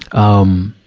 um,